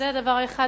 זה דבר אחד.